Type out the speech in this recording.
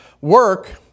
work